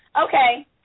Okay